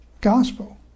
gospel